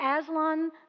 Aslan